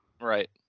Right